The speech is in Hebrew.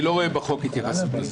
אני לא רואה בהצעת החוק התייחסות לזה.